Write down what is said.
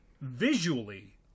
Visually